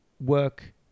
work